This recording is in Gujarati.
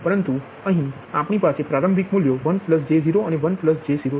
પરંતુ અહીં આપણી પાસે પ્રારંભિક મૂલ્યો 1 j 0 અને 1 j 0